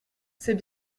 c’est